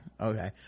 okay